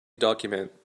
document